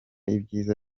ibyiza